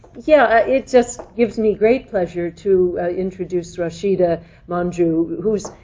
yeah. it just gives me great pleasure to introduce rashida manjoo, who's,